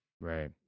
right